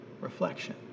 reflection